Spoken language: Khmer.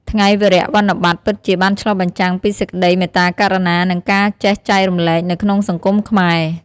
ថ្ងៃវារៈវ័នបតពិតជាបានឆ្លុះបញ្ចាំងពីសេចក្ដីមេត្តាករុណា និងការចេះចែករំលែកនៅក្នុងសង្គមខ្មែរ។